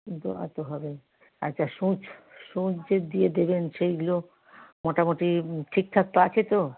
দেওয়া তো হবে আচ্ছা সুচ সুচ যে দিয়ে দেবেন সেইগুলো মোটামুটি ঠিকঠাক তো আছে তো